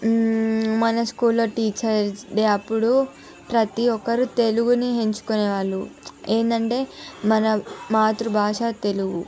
మన స్కూల్లో teachers day అప్పుడు ప్రతి ఒక్కరు తెలుగుని ఎంచుకునేవారు ఏందంటే మన మాతృభాష తెలుగు